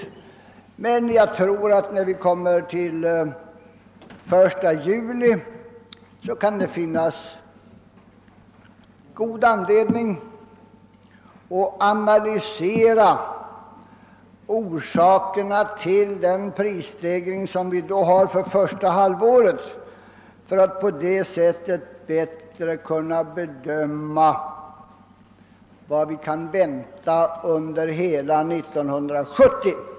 Däremot tror jag att vi, när vi kommer till den 1 juli, kan finna god anledning att analysera orsakerna till prisstegringen under första halvåret för att på ett bättre sätt kunna bedöma vad vi kan vänta för hela 1970.